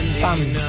family